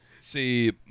See